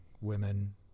women